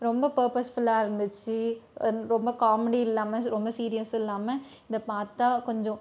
ரொம்ப பர்பஸ்ஃபுல்லாக இருந்துச்சு ரொம்ப காமெடி இல்லாமல் ரொம்ப சீரியஸும் இல்லாமல் இதை பார்த்தா கொஞ்சம்